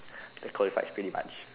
that qualifies pretty much